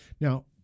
now